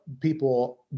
people